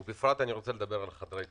ובפרט אני רוצה לדבר על חדרי כושר.